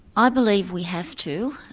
i believe we have to.